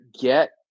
get